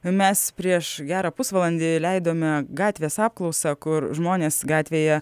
mes prieš gerą pusvalandį leidome gatvės apklausą kur žmonės gatvėje